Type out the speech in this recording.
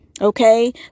okay